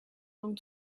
long